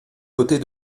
côtés